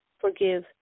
forgive